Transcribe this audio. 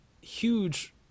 huge